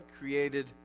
created